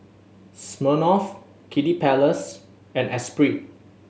Smirnoff Kiddy Palace and Espirit